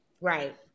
Right